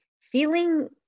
feeling